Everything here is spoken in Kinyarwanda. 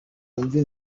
wumve